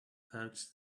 pouch